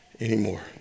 anymore